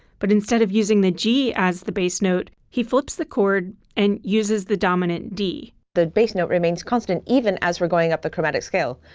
but instead of using the g as the bass note, he flips the chord and uses the dominant d. the bass note remains constant. even as we're going up the chromatic scale.